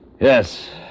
Yes